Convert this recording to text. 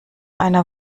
einer